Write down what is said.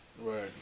Right